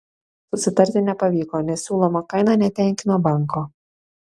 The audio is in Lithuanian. susitarti nepavyko nes siūloma kaina netenkino banko